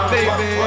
Baby